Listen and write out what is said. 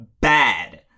bad